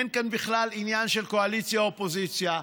אין כאן בכלל עניין של קואליציה או אופוזיציה,